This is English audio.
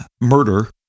murder